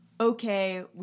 okay